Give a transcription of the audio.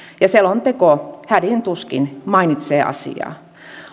ja selonteko hädin tuskin mainitsee asiaa